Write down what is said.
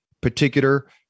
particular